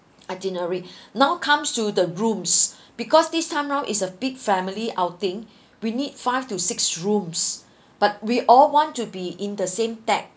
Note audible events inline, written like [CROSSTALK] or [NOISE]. itinerary [BREATH] now comes to the rooms [BREATH] because this time round is a big family outing [BREATH] we need five to six rooms [BREATH] but we all want to be in the same deck